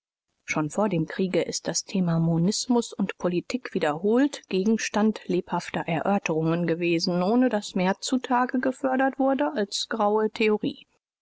schon vor dem kriege ist das thema monismus u politik wiederholt gegenstand lebhafter erörterungen gewesen ohne daß mehr zu tage gefördert wurde als graue theorie